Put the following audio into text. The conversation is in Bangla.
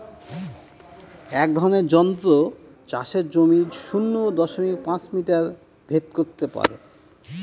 এক রকমের যন্ত্র চাষের জমির শূন্য দশমিক পাঁচ মিটার ভেদ করত পারে